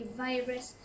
virus